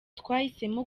twahisemo